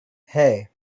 hey